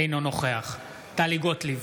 אינו נוכח טלי גוטליב,